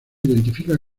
identifica